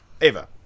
Ava